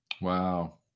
Wow